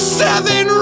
seven